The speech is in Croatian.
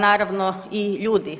Naravno i ljudi.